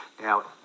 Now